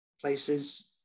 places